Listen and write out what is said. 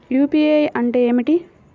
UPI అంటే ఏమిటి?